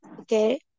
Okay